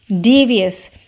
Devious